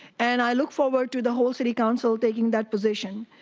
and i look forward to the whole city council taking that position.